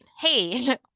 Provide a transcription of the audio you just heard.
Hey